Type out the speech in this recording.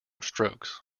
strokes